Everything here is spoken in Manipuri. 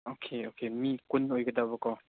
ꯑꯣꯀꯦ ꯑꯣꯀꯦ ꯃꯤ ꯀꯨꯟ ꯑꯣꯏꯒꯗꯕꯀꯣ